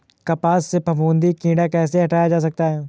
कपास से फफूंदी कीड़ा कैसे हटाया जा सकता है?